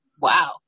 Wow